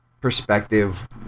perspective